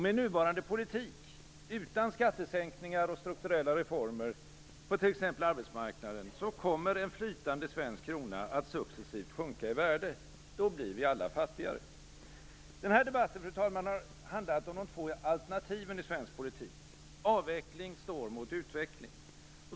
Med nuvarande politik utan skattesänkningar och strukturella reformer på t.ex. arbetsmarknaden kommer en flytande svensk krona att successivt sjunka i värde. Då blir vi alla fattigare. Den här debatten, fru talman, har handlat om de två alternativen i svensk politik. Avveckling står mot utveckling.